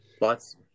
lots